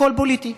הכול פוליטי,